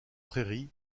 prairies